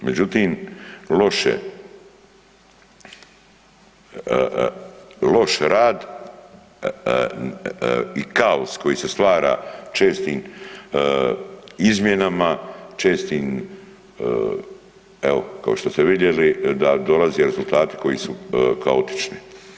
Međutim, loše, loš rad i kao koji se stvara čestim izmjenama, čestim evo kao što ste vidjeli da dolaze rezultati koji su kaotični.